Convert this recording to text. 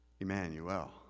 Emmanuel